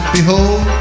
Behold